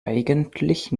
eigentlich